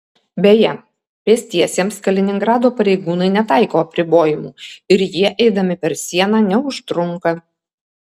beje pėstiesiems kaliningrado pareigūnai netaiko apribojimų ir jie eidami per sieną neužtrunka